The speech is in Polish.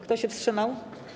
Kto się wstrzymał?